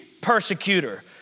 persecutor